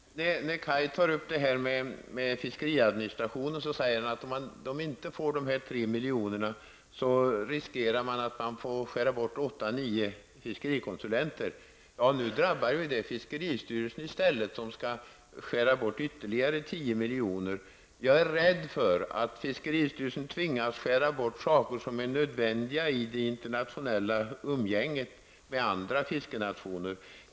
När Kaj Larsson talar om fiskeriadministrationen säger han att om man inte får dessa 3 miljoner riskerar vi att få skära bort åtta nio fiskerikonsulenttjänster. Men då drabbar det fiskeristyrelsen i stället, där man får skära ned ytterligare 10 miljoner. Jag är rädd för att fiskeristyrelsen tvingas att skära bort saker som är nödvändiga i det internationella umgänget med andra fiskenationer.